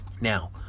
Now